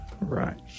Right